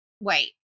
wait